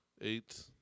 Eight